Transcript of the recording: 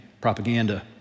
propaganda